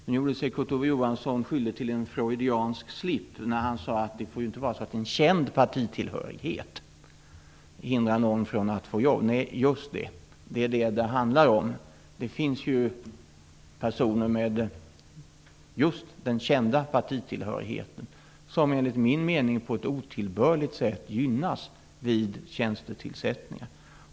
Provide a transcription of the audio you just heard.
Kurt Ove Johansson gjorde sig skyldig till en freudiansk slip när han sade att det inte får vara så att en känd partitillhörighet hindrar någon från att få jobb. Nej, just det, det är detta som det handlar om. Det finns ju personer med just den kända partitillhörigheten som enligt min mening på ett otillbörligt sätt gynnas vid tjänstetillsättningar.